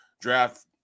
draft